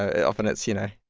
often it's, you know,